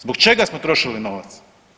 Zbog čega smo trošili novac?